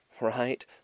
right